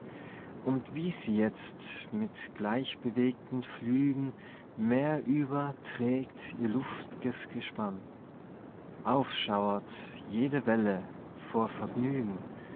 und wie sie jetzt mit gleichbewegten flügen meerüber trägt ihr luftiges gespann aufschauert jede welle vor vergnügen